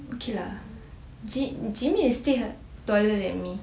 okay lah ji min is still taller than me